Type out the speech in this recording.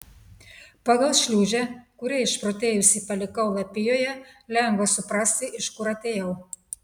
pagal šliūžę kurią išprotėjusi palikau lapijoje lengva suprasti iš kur atėjau